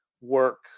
work